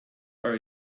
are